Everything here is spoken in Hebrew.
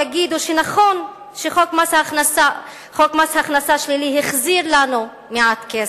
יגידו שנכון שחוק מס הכנסה שלילי החזיר לנו מעט כסף,